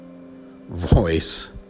voice